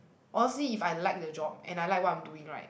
honestly if I like the job and I like what I'm doing right